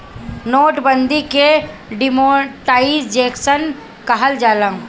note बंदी के demonetisation कहल जाला